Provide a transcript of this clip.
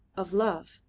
of love.